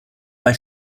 bei